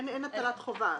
אין הטלת חובה.